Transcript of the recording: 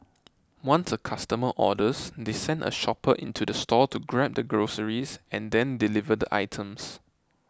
once a customer orders they send a shopper into the store to grab the groceries and then deliver the items